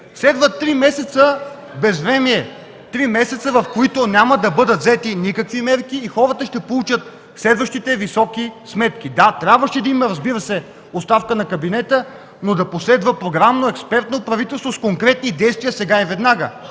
два-три месеца безвремие, три месеца, в които няма да бъдат взети никакви мерки и хората ще получат следващите високи сметки. Да, трябваше да има, разбира се, оставка на кабинета, но да последва програмно експертно правителство с конкретни действия сега и веднага.